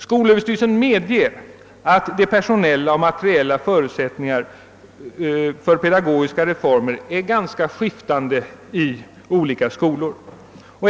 Skolöverstyrelsen medger att de personella och materiella förutsättningarna för pedagogiska reformer är ganska skiftande i olika skolor.